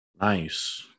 Nice